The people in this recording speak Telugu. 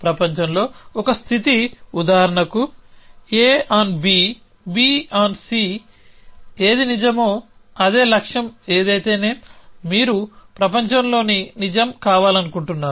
ప్రపంచంలో ఒక స్థితి ఉదాహరణకు A on B on C ఏది నిజమో అదే లక్ష్యం ఏదైతేనేం మీరు ప్రపంచంలోని నిజం కావాలనుకుంటున్నారు